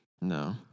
No